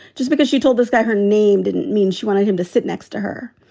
just because she told this guy her name didn't mean she wanted him to sit next to her.